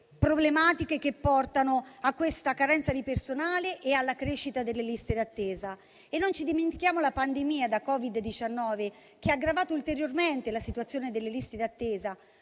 problematiche che portano a questa carenza di personale e alla crescita delle liste d'attesa. Non dimentichiamo, poi, la pandemia da Covid-19, che ha aggravato ulteriormente la situazione delle liste d'attesa,